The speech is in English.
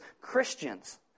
Christians